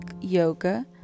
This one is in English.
yoga